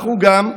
אנחנו גם,